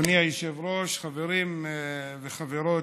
אדוני היושב-ראש, חברים וחברות.